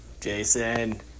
Jason